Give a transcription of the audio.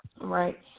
right